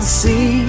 see